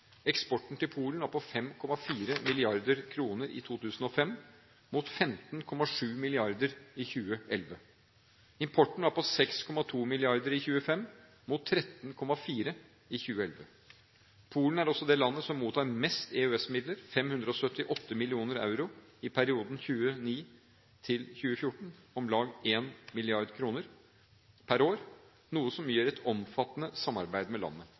Eksporten til Polen var på 5,4 mrd. kr i 2005 mot 15,7 mrd. kr i 2011. Importen var på 6,2 mrd. kr i 2005 mot 13,4 mrd. kr i 2011. Polen er også det landet som mottar mest EØS-midler – 578 mill. euro i perioden 2009–2014, om lag 1 mrd. kr per år – noe som gir et omfattende samarbeid med landet.